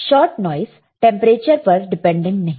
shot noise temperature पर dependent नहीं है